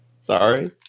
Sorry